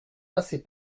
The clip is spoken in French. passées